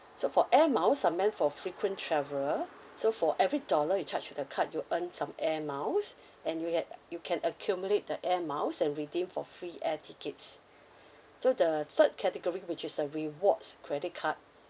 so for air miles are meant for frequent traveller so for every dollar you charge to the card you earn some air miles and we had you can accumulate the air miles and redeem for free air tickets so the third category which is the rewards credit card